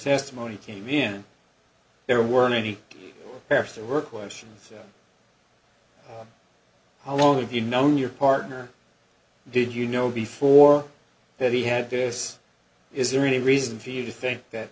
testimony came in there weren't any parents there were questions how long have you known your partner did you know before that he had this is there any reason for you to think that